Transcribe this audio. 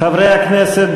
חברי הכנסת,